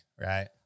right